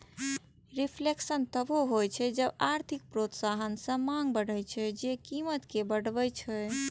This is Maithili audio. रिफ्लेशन तबो होइ छै जब आर्थिक प्रोत्साहन सं मांग बढ़ै छै, जे कीमत कें बढ़बै छै